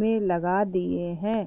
में लगा दिए हैं?